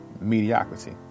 mediocrity